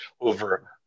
over